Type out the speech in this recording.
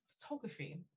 photography